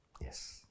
Yes